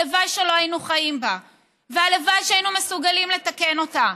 הלוואי שלא היינו חיים בה והלוואי שהיינו מסוגלים לתקן אותה,